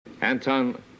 Anton